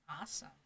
Awesome